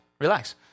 Relax